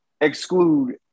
exclude